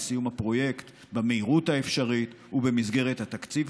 לסיום הפרויקט במהירות האפשרית ובמסגרת התקציב,